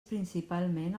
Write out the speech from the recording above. principalment